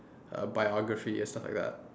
uh biography and stuff like that